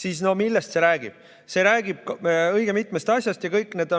siis millest see räägib? See räägib õige mitmest asjast ja kõik need